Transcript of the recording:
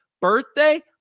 Birthday